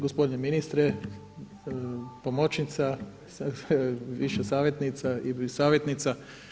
Gospodine ministre, pomoćnica, više savjetnica i savjetnica.